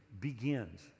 begins